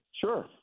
Sure